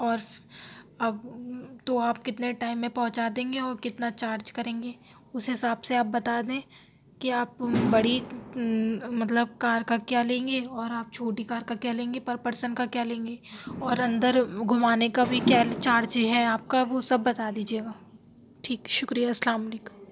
اور اب تو آپ کتنے ٹائم میں پہنچا دیں گے اور کتنا چارج کریں گے اُس حساب سے آپ بتا دیں کہ آپ بڑی مطلب کار کا کیا لیں گے اور آپ چھوٹی کار کا کیا لیں گے پر پرسن کا کیا لیں گے اور اندر گھمانے کا بھی کیا چارج ہے آپ کا وہ سب بتا دیجیے گا ٹھیک شُکریہ السّلام علیکم